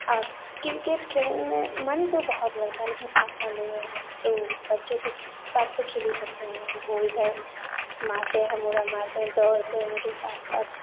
और किरकेट खेलने में मन तो बहुत लगता है लेकिन आता नहीं है तो बच्चों के साथ तो खेल ही सकते हैं वो इधर मारते हैं हम उधर मारते हैं दौड़ते हैं उनके साथ साथ